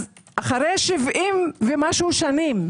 אחרי 70 ומשהו שנים,